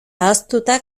ahaztuta